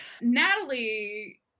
Natalie